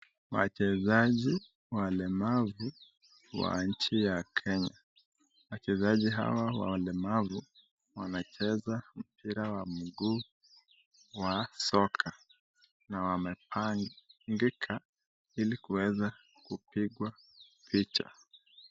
Wachezaji walemavu wa nchi ya Kenya ,wachezaji hawa walemavu wanacheza mpira wa mguu wa soka na wamepangika ili kuweza kupigwa picha.